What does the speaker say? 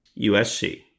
USC